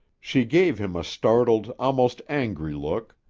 she gave him a startled, almost angry look,